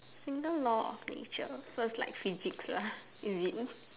single law of nature so it's like physics lah is it